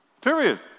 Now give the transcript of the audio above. Period